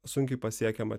sunkiai pasiekiamą